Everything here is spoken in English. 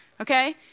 Okay